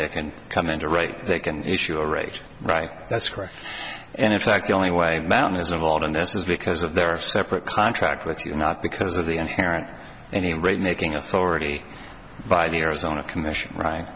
they can come into rate they can issue a rate right that's correct and in fact the only way man is involved in this is because of their separate contract with you not because of the inherent any rate making authority by the arizona commission right